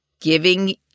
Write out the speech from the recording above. giving